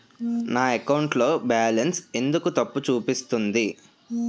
నా అకౌంట్ లో బాలన్స్ ఎందుకు తప్పు చూపిస్తుంది?